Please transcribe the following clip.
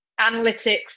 analytics